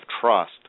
trust